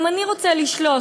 גם אני רוצה לשלוט,